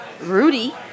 Rudy